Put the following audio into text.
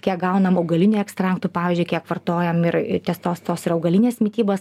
kiek gaunam augalinių ekstraktų pavyzdžiui kiek vartojam ir ties tos tos ir augalinės mitybos